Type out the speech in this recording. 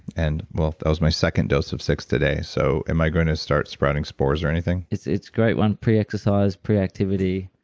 and well that was my second dose of six today, so am i going to start spreading spores or anything? it's a great one pre-exercise, pre-activity.